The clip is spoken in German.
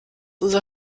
unser